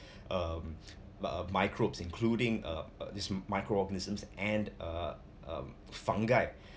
um uh microbes including uh this microorganisms and uh um fungi